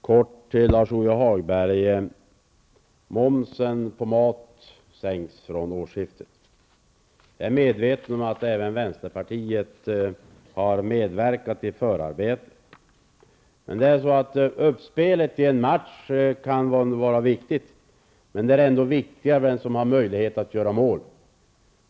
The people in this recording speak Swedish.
Fru talman! Helt kort till Lars-Ove Hagberg: Momsen på mat sänks vid årsskiftet. Jag är medveten om att även vänsterpartiet har medverkat i förarbetet. Uppspelet i en match kan vara viktigt, men det är ändå viktigare att göra mål.